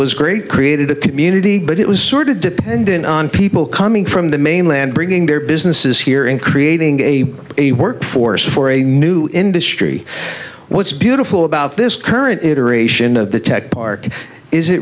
was great created a community but it was sort of dependent on people coming from the mainland bringing their businesses here in creating a a workforce for a new industry what's beautiful about this current